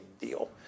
deal